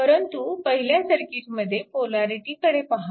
परंतु पहिल्या सर्किटमध्ये पोलॅरिटीकडे पहा